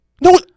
No